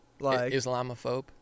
Islamophobe